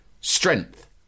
Strength